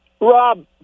Rob